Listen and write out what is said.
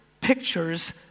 pictures